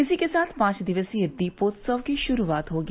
इसी के साथ पांच दिवसीय दीपोत्सव की शुरूआत होगी